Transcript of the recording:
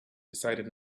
decided